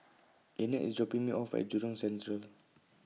Linette IS dropping Me off At Jurong Central